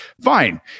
fine